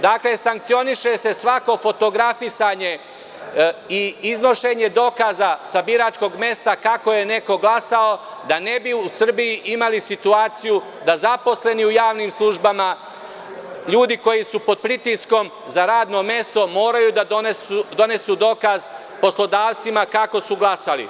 Dakle, sankcioniše se svako fotografisanje i iznošenje dokaza sa biračkog mesta kako je neko glasao, da ne bi u Srbiji imali situaciju da zaposleni u javnim službama, ljudi koji su pod pritiskom za radno mesto moraju da donesu dokaz poslodavcima kako su glasali.